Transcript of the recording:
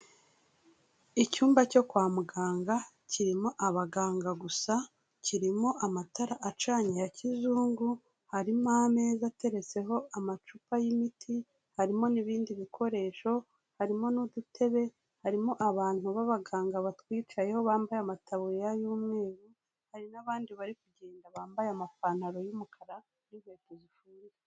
Icyumba cyo kwa muganga, kirimo abaganga gusa, kirimo amatara acanye ya kizungu, harimo ameza ateretseho amacupa y'imiti, harimo n'ibindi bikoresho, harimo n'udutebe, harimo abantu b'abaganga batwicayeho bambaye amatabuya y'umweru, hari n'abandi bari kugenda bambaye amapantaro y'umukara n'inkweto zifunze.